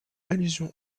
allusion